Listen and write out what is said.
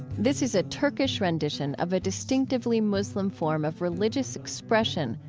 this is a turkish rendition of a distinctively muslim form of religious expression,